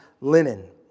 linen